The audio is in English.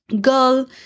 Girl